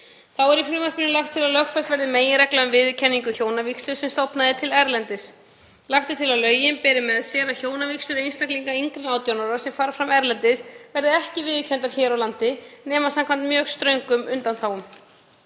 Þá er í frumvarpinu lagt til að lögfest verði meginregla um viðurkenningu hjónavígslu sem stofnað er til erlendis. Lagt er til að lögin beri með sér að hjónavígslur einstaklinga yngri en 18 ára sem fara fram erlendis verði ekki viðurkenndar hér á landi nema samkvæmt mjög ströngum undanþágum.